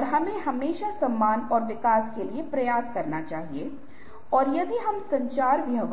जवाब है नहीं रेत को अंदर रखो और उसे हिलाओ क्या यह